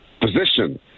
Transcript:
position